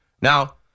Now